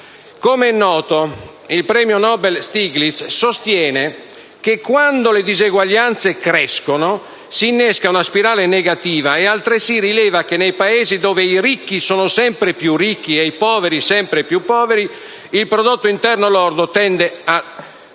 Com'è noto, il premio Nobel Joseph Stiglitz sostiene che, quando le disuguaglianze crescono, s'innesca una spirale negativa, egli altresì rileva che, nei Paesi dove i ricchi sono sempre più ricchi e i poveri sempre più poveri, il prodotto interno lordo tende a